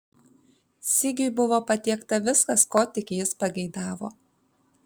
sigiui buvo patiekta viskas ko tik jis pageidavo